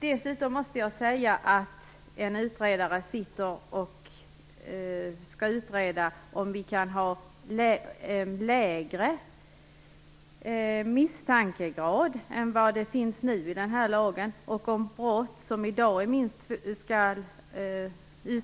Dessutom måste jag säga att det nu sitter en utredare som skall utreda om vi kan ha lägre misstankegrad än nu i den här lagen och om dagens gräns vid brott som